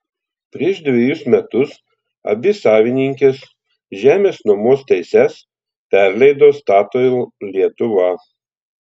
prieš dvejus metus abi savininkės žemės nuomos teises perleido statoil lietuva